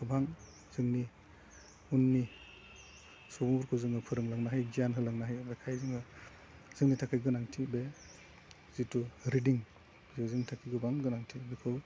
गोबां जोंनि उननि सुबुंफोरखौ जोङो फोरोंलानो हायो गियान होलांनो हायो बेखायनो जोङो जोंनि थाखाय गोनांथि बे जिथु रिडिं जे जोंनि थाखाय गोबां गोनांथि बेखौ